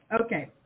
Okay